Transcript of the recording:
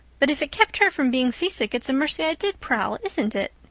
but if it kept her from being seasick it's a mercy i did prowl, isn't it?